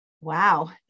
Wow